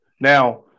Now